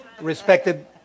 respected